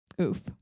Oof